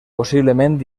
possiblement